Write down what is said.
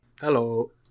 Hello